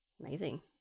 amazing